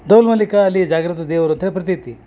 ದೌಲ್ಮಲಿಕಾ ಅಲ್ಲಿ ಜಾಗ್ರತ ದೇವ್ರ ಅಂತ್ಹೇಳಿ ಪ್ರತೀತಿ